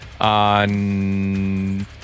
on